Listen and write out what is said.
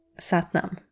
Satnam